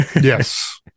Yes